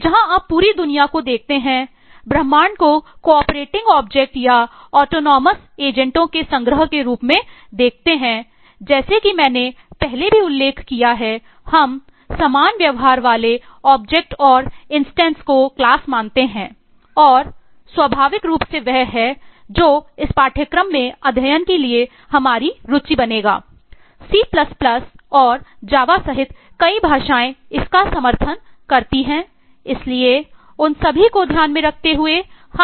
जहाँ आप पूरी दुनिया को देखते हैं ब्रह्माण्ड को कोऑपरेटिंग ऑब्जेक्ट् के बीच त्वरित तुलना कर सकते हैं